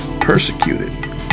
persecuted